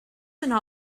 yno